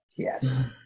Yes